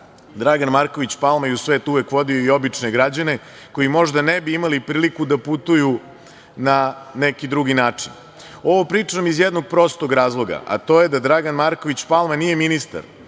drugi. Dragan Marković Palma je u svet uvek vodio i obične građane, koji možda ne bi imali priliku da putuju na neki drugi način. Ovo pričam iz jednog prostog razloga, a to je da Dragan Marković Palma nije ministar